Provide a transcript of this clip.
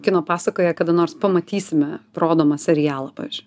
kino pasakoje kada nors pamatysime rodomą serialą pavyzdžiui